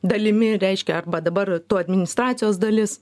dalimi reiškia arba dabar tu administracijos dalis